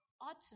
autumn